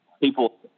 people